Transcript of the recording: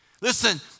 Listen